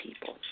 people